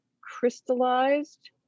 crystallized